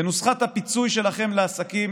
בנוסחת הפיצוי שלכם לעסקים